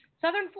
southern